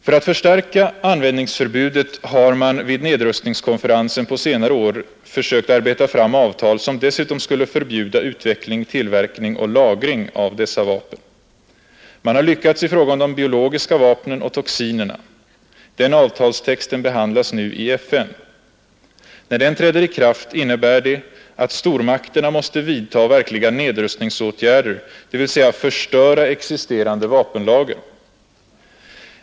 För att förstärka användningsförbudet har man vid nedrustningskonferensen på senare år försökt arbeta fram avtal som dessutom skulle förbjuda utveckling, tillverkning och lagring av dessa vapen. Man har lyckats i fråga om de biologiska vapnen och toxinerna. Den avtalstexten behandlas nu i FN. När den träder i kraft innebär det att stormakterna måste vidta verkliga nedrustningsåtgärder, dvs. förstöra existerande vapenlager.